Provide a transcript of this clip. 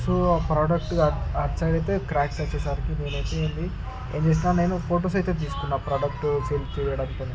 so ఆ product అటు side అయితే క్రాక్స్ వచ్చేసరికి నేనైతే అండి ఏం చేసిన నేను ఫొటోస్ అయితే తీసుకున్న ప్రోడక్ట్ సీల్ తీయడంతోనే